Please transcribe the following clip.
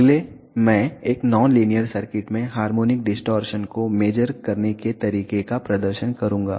अगले मैं एक नॉन लीनियर सर्किट में हार्मोनिक डिस्टॉरशन को मेज़र करने के तरीके का प्रदर्शन करूंगा